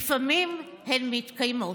לפעמים הן מתקיימות'.